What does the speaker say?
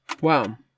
Wow